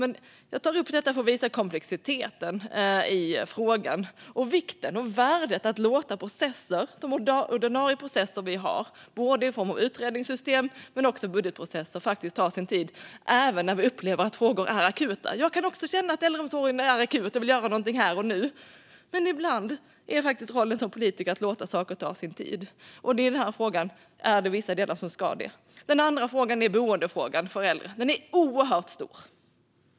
Men jag tar upp detta för att visa på komplexiteten i frågan och på vikten och värdet av att låta de ordinarie processer vi har i form av både utredningssystem och budgetprocesser få ta sin tid, även när vi upplever att frågor är akuta. Jag kan också känna att frågan om äldreomsorgen är akut och att jag vill göra någonting här och nu. Men ibland är faktiskt rollen som politiker att låta saker få ta sin tid, och i den här frågan är det vissa delar som ska det. Den andra frågan handlar om boende för äldre. Den är oerhört stor.